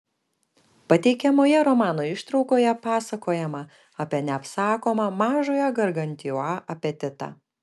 pateikiamoje romano ištraukoje pasakojama apie neapsakomą mažojo gargantiua apetitą